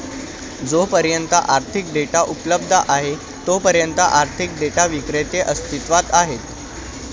जोपर्यंत आर्थिक डेटा उपलब्ध आहे तोपर्यंत आर्थिक डेटा विक्रेते अस्तित्वात आहेत